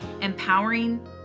empowering